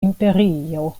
imperio